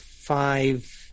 five